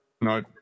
No